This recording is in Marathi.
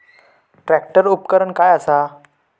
ट्रॅक्टर उपकरण काय असा?